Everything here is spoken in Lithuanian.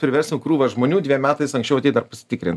priversim krūvą žmonių dviem metais anksčiau dar pastikrint